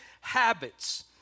habits